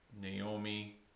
Naomi